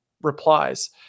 replies